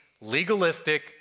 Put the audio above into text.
legalistic